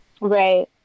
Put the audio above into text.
right